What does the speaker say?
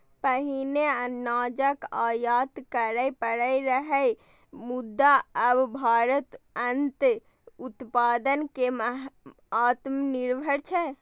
पहिने अनाजक आयात करय पड़ैत रहै, मुदा आब भारत अन्न उत्पादन मे आत्मनिर्भर छै